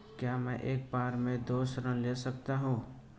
क्या मैं एक बार में दो ऋण ले सकता हूँ?